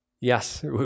yes